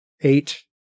eight